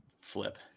flip